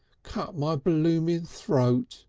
cut my blooming throat.